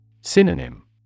Synonym